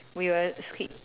we will skip